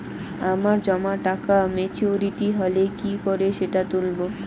আমার জমা টাকা মেচুউরিটি হলে কি করে সেটা তুলব?